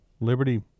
Liberty